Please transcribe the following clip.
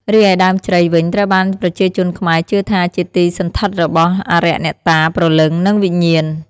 រីឯដើមជ្រៃវិញត្រូវបានប្រជាជនខ្មែរជឿថាជាទីសណ្ឋិតរបស់អារក្សអ្នកតា ព្រលឹងនិងវិញ្ញាណ។